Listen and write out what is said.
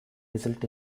result